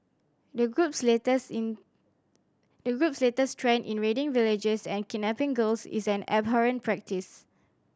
the group's latest in the group latest trend in raiding villages and kidnapping girls is an abhorrent practice